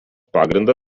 pagrindą